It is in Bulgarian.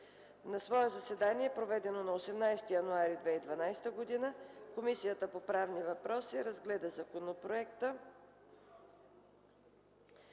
На свое заседание, проведено на 18 януари 2012 г., Комисията по правни въпроси разгледа законопроекта.